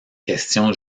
questions